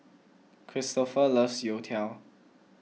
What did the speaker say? Kristoffer loves Youtiao